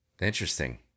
interesting